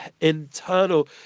internal